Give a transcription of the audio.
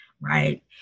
right